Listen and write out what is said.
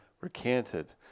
recanted